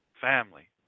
family